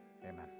amen